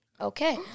Okay